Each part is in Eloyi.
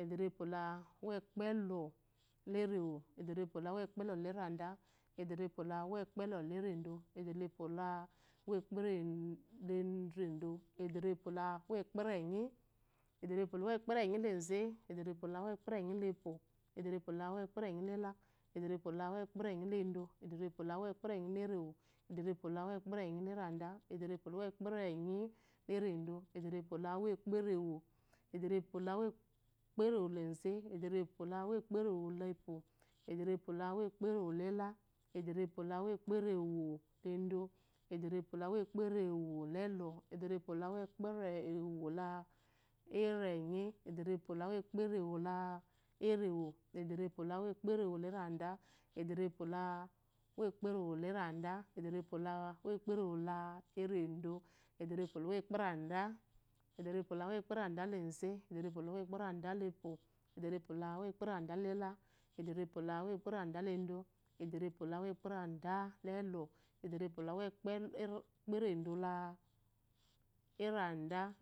Edarepwolalaumokpel edrepwole u mokpl lerenyi, edrepwolauwotpe lɔlereu, ederepwolauwopelɔlerada, edrepmolamepelaleredɔ, edrepwolaumopeloleredo, ederepwolanwo ederepwolanmo kerenyi, ederepwlauwkperenyileze, edrepwolaumokpernyi lepwo, edrerpmɔ lauwkperenyilala, edrepmolauwkperenyiledo eduwolmoperenyi lerewo, ederepwoluwokyperenyilereda, edrepmolaumo kpere niyleredo edfrerpwolaukperewo, ederepwolaumokperemolezs ederepwoleumokpore molepwo, edrepwolaunkere wlela, ederewolukperewoledɔ, edrerpwlumo kpereewolɔ edarepwoluwokpremolennyi, ederepwolumokperewulerewo, edrepwolumoperemslerada, edrepwohemkporemlered, ede rewolumikerewoleredo, edrepnolum ekeperrade. ederepwolaum kporadaleze ederepwolauwokpereda lewo, edrepwoo laumokeradalela, edarepwolauwokperede ederepwolauwokpuradelels, ederepwolauwo kperedoredɔ,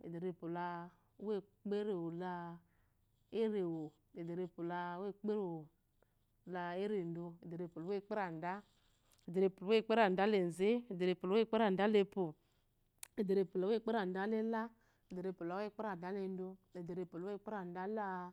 ederepwolumo kperewole erewo, edarepwolumekperewoleredo, ederepwolau wo ekperede, edare pwolauwo kperedelize, ederepwolumokperedalepwo, ederepwlumepara lele edarepwolumuekeredɔ ledo, ederepwlaumkperedala-